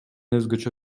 өзгөчө